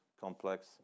complex